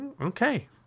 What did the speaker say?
Okay